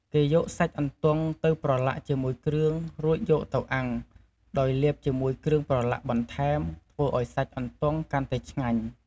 គេយកសាច់អន្ទង់ប្រឡាក់ជាមួយគ្រឿង រួចយកទៅអាំង ដោយលាបជាមួយគ្រឿងប្រឡាក់បន្ថែម ធ្វើឱ្យសាច់អន្ទង់កាន់តែឆ្ងាញ់។